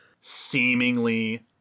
seemingly